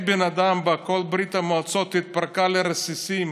כל ברית המועצות התפרקה לרסיסים,